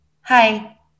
hi